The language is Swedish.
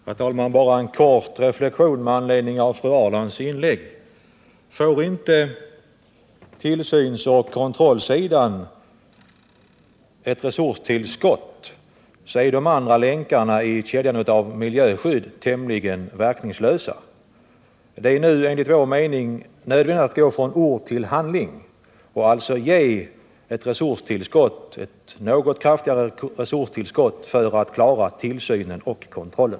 Herr talman! Bara en kort reflexion med anledning av fru Ahrlands inlägg. Får inte tillsynsoch kontrollsidan ett resurstillskott, så blir de andra länkarna i kedjan av miljöskydd tämligen verkningslösa. Det är nu enligt vår mening nödvändigt att gå från ord till handling och alltså ge ett något kraftigare resurstillskott än vad utskottet föreslår för att man skall klara tillsynen och kontrollen.